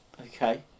Okay